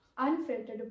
Unfiltered